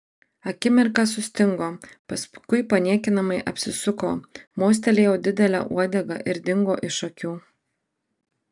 akimirką sustingo paskui paniekinamai apsisuko mostelėjo didele uodega ir dingo iš akių